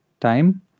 time